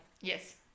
Yes